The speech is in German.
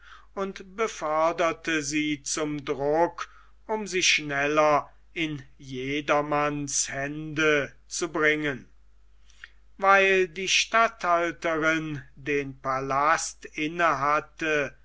und beförderte sie zum druck um sie schneller in jedermanns hände zu bringen weil die statthalterin den palast